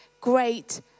great